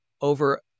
over